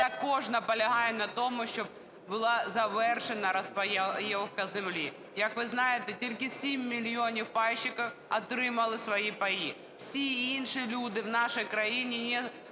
також наполягає на тому, щоб була завершена розпайовка землі. Як ви знаєте, тільки 7 мільйонів пайщиків отримали свої паї. Всі інші люди в нашій країні